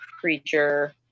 creature